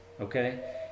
okay